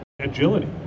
agility